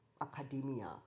academia